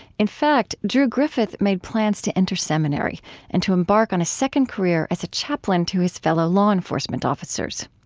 in fact, drew griffith made plans to enter seminary and to embark on a second career as a chaplain to his fellow law enforcement officers.